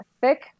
Thick